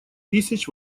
тысяч